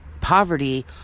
poverty